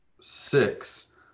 six